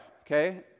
okay